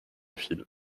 fil